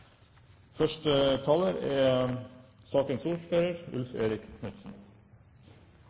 Første taler er